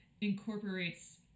incorporates